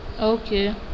Okay